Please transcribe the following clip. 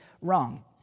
wrong